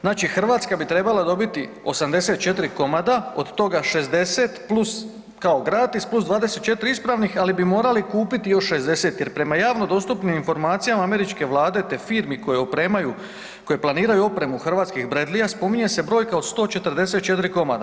Znači, Hrvatska bi trebala dobiti 84 komada od toga 60 plus kao gratis plus 24 ispravnih ali bi morali kupiti još 60, jer prema javno dostupnim informacijama američke vlade te firmi koje opremaju, koje planiraju opremu hrvatskih Bradleya spominje se brojka od 144 komada.